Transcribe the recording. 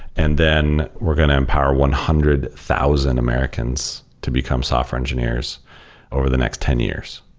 and then we're going to empower one hundred thousand americans to become software engineers over the next ten years.